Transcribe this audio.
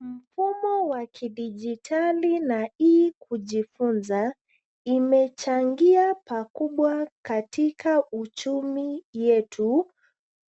Mfumo wa kidijitali na e-kujifunza imechangia pakubwa katika uchumi yetu